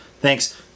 Thanks